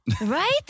Right